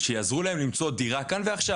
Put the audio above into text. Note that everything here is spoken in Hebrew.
שיעזרו להם למצוא דירה כאן ועכשיו,